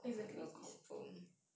exactly 几时